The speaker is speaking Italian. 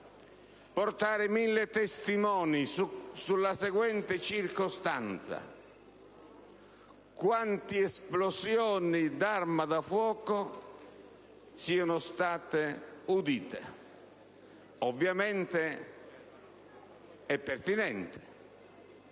portare mille testimoni sulla seguente circostanza: quante esplosioni di arma da fuoco siano state udite. Ovviamente la prova è pertinente,